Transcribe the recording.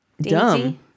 dumb